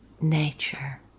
nature